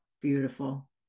Beautiful